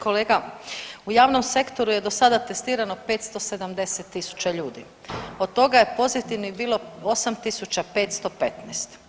Kolega, u javnom sektoru je do sada testirano 570 tisuća ljudi, od toga je pozitivnih bilo 8.515.